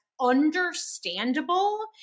understandable